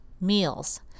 meals